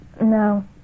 No